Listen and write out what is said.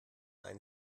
einen